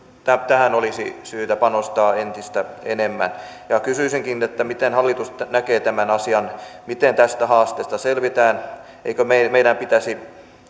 tähän olisi syytä panostaa entistä enemmän kysyisinkin miten hallitus näkee tämän asian miten tästä haasteesta selvitään eikö meidän meidän pitäisi